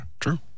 true